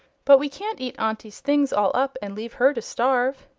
but we can't eat auntie's things all up and leave her to starve.